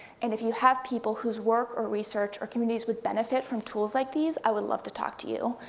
and if you have people whose work or research, or communities would benefit from tools like these, i would love to talk to you.